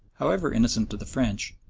however innocent to the french,